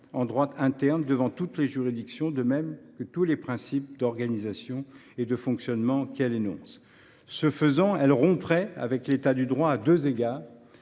en droit interne devant toutes les juridictions. pour tous les principes d’organisation et de fonctionnement qu’elle énonce. Ce faisant, elle romprait avec l’état du droit à deux égards.